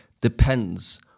depends